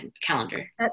calendar